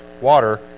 water